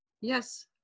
Yes